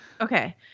Okay